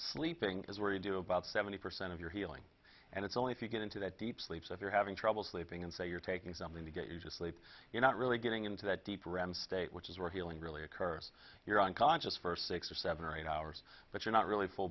sleeping is where you do about seventy percent of your healing and it's only if you get into that deep sleep so if you're having trouble sleeping and say you're taking something to get you just sleep you're not really getting into that deep rem state which is where healing really a curse you're unconscious for six or seven or eight hours but you're not really full